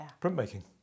printmaking